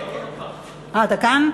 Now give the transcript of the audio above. אתה כאן?